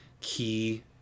key